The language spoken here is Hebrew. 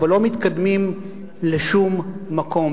אבל לא מתקדמים לשום מקום.